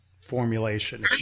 formulation